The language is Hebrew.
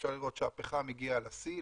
אפשר לראות שהפחם הגיע לשיא,